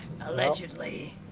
Allegedly